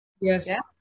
Yes